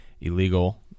illegal